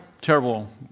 terrible